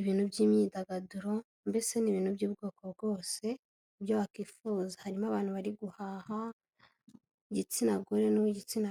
ibintu by'imyidagaduro mbese ni ibintu by'ubwoko bwose mu byo bakwifuza. Harimo abantu bari guhaha, igitsina gore n'uw'igitsina.